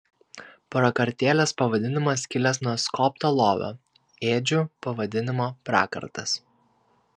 prakartėlės pavadinimas kilęs nuo skobto lovio ėdžių pavadinimo prakartas